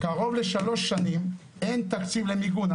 -- קרוב לשלוש שנים אין תקציב למיגון.